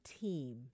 team